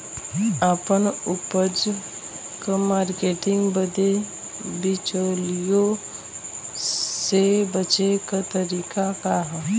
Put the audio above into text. आपन उपज क मार्केटिंग बदे बिचौलियों से बचे क तरीका का ह?